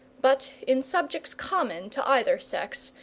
but in subjects common to either sex,